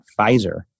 Pfizer